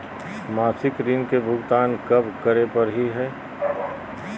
मासिक ऋण के भुगतान कब करै परही हे?